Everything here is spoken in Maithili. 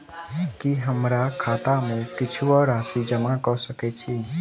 की हमरा खाता मे केहू आ राशि जमा कऽ सकय छई?